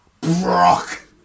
Brock